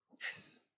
Yes